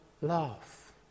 love